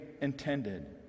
intended